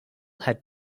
had